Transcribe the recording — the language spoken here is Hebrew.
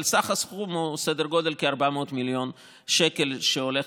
סך הסכום הוא סדר גודל של כ-400 מיליון שקל שהולך